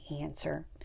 answer